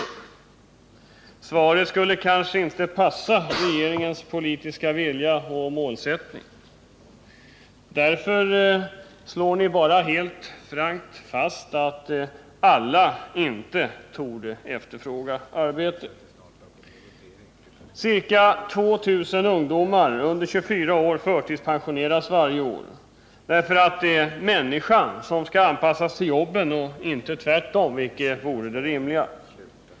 Svaret skulle kanske inte passa regeringens politiska vilja och målsättning. Därför slår ni bara helt frankt fast att ”alla torde inte efterfråga arbete”. Ca 2 000 ungdomar under 24 år förtidspensioneras varje år, därför att det är människan som skall anpassas till jobben och inte tvärtom, vilket vore det rimliga.